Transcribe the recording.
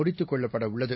முடித்துக்கொள்ளப்படஉள்ளது